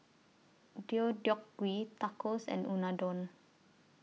Deodeok Gui Tacos and Unadon